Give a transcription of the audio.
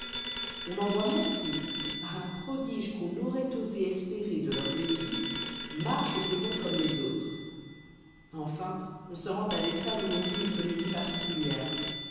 on en voit même qui par un prodige qu'on n'auroit osé espérer de leurs béquilles marchent et vont comme les autres enfin on se rend à des salles où l'on joue une comédie particulière